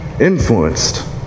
influenced